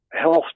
health